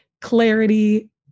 clarity